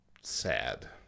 sad